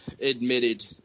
admitted